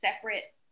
separate